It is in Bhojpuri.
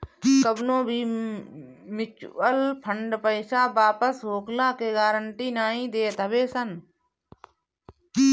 कवनो भी मिचुअल फंड पईसा वापस होखला के गारंटी नाइ देत हवे सन